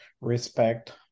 respect